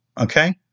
okay